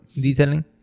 Detailing